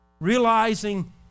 Realizing